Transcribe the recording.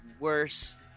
Worse